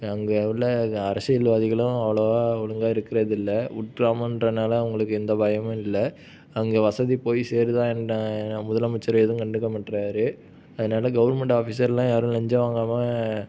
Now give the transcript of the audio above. அங்கே உள்ள அரசியல்வாதிகளும் அவ்வளோவோ ஒழுங்காக இருக்குறதில்லை உட்கிராமன்றதனால அவங்களுக்கு எந்த பயமும் இல்லை அங்கே வசதி போய் சேருதா முதலமைச்சர் எதுவும் கண்டுக்க மாட்டறாரு அதனால் கவர்மெண்ட் ஆஃபீஸர்லாம் யாரும் லஞ்சம் வாங்காமல்